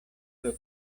pro